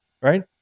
right